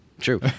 True